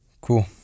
Cool